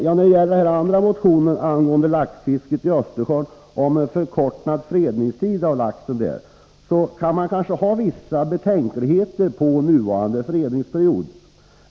När det gäller motionen om förkortad fredningstid för laxfisket i Östersjön så kan man kanske ha vissa betänkligheter mot nuvarande fredningsperiod.